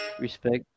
respect